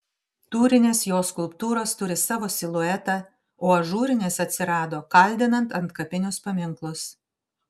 tūrinės jo skulptūros turi savo siluetą o ažūrinės atsirado kaldinant antkapinius paminklus